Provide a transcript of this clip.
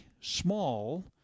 small